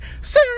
sir